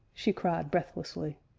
she cried breathlessly.